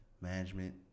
management